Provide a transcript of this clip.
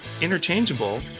interchangeable